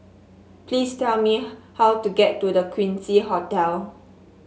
please tell me how to get to The Quincy Hotel